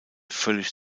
völlig